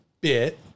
bit